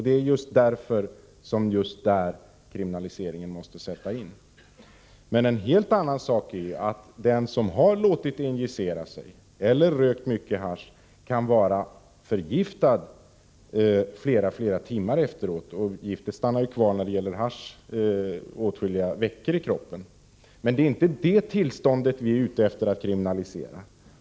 Det är just därför och just där kriminaliseringen måste sättas in. En helt annan sak är att den som har låtit injicera narkotika eller har rökt mycket hasch kan vara förgiftad i flera timmar efteråt — och när det gäller hasch stannar giftet kvar åtskilliga veckor i kroppen. Men det är inte det tillståndet vi är ute efter att kriminalisera.